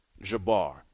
jabbar